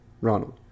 Ronald